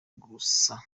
gusa